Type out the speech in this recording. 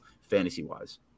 fantasy-wise